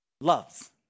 loves